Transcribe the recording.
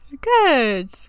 Good